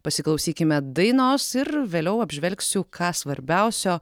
pasiklausykime dainos ir vėliau apžvelgsiu ką svarbiausio